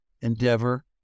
endeavor